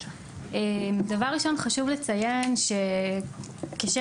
דבר ראשון חשוב לציין שכשהם,